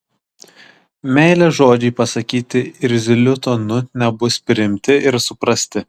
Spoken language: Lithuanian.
meilės žodžiai pasakyti irzliu tonu nebus priimti ir suprasti